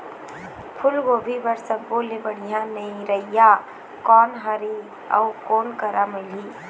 फूलगोभी बर सब्बो ले बढ़िया निरैया कोन हर ये अउ कोन करा मिलही?